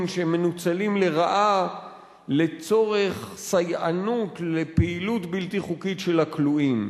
שמנוצלים לרעה לצורך סייענות לפעילות בלתי חוקית של הכלואים.